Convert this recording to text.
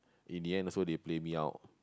in the end also they play me out